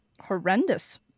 horrendous